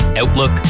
Outlook